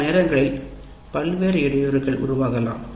பல நேரங்களில் பல்வேறு இடையூறுகள் உருவாகலாம்